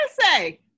say